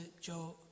Joe